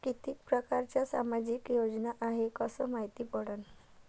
कितीक परकारच्या सामाजिक योजना हाय कस मायती पडन?